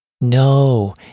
No